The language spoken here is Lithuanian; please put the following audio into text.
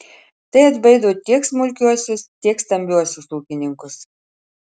tai atbaido tiek smulkiuosius tiek stambiuosius ūkininkus